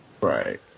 Right